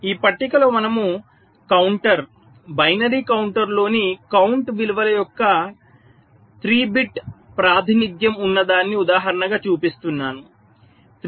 ఈ పట్టికలో మనము కౌంటర్ బైనరీ కౌంటర్లోని కౌంట్ విలువల యొక్క 3 బిట్ ప్రాతినిధ్యం ఉన్నదానిని ఉదాహరణ గా చూపిస్తున్నాము